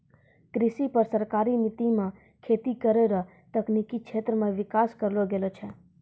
कृषि पर सरकारी नीति मे खेती करै रो तकनिकी क्षेत्र मे विकास करलो गेलो छै